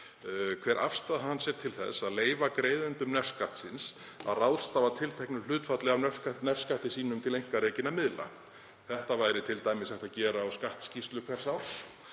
hver afstaða hans er til þess að leyfa greiðendum nefskattsins að ráðstafa tilteknu hlutfalli af nefskatti sínum til einkarekinna miðla. Það væri t.d. hægt að gera á skattskýrslu hvers árs